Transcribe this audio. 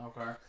Okay